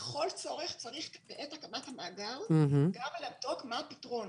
לכל צורך צריך בעת הקמת המאגר גם לבדוק מה הפתרון,